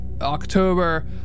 october